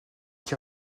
qui